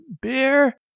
beer